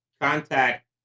Contact